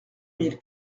mille